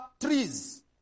trees